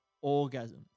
orgasm